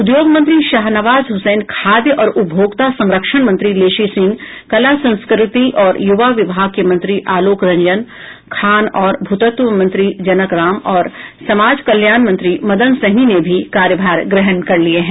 उद्योग मंत्री शाहनवाज हसैन खाद्य और उपभोक्ता संरक्षण मंत्री लेशी सिंह कला संस्कृति और युवा विभाग के मंत्री आलोक रंजन खान और भूतत्व मंत्री जनक राम और समाज कल्याण मंत्री मदन सहनी ने भी कार्यभार ग्रहण कर लिये हैं